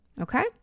okay